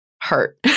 hurt